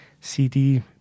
CD